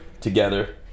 together